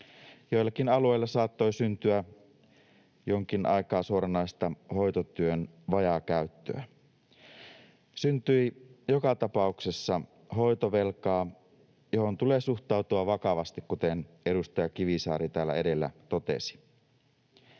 Joillakin alueilla saattoi syntyä jonkin aikaa suoranaista hoitotyön vajaakäyttöä. Syntyi joka tapauksessa hoitovelkaa, johon tulee suhtautua vakavasti, kuten edustaja Kivisaari täällä edellä totesi.